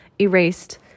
erased